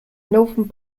northern